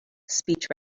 speech